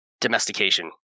domestication